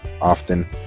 often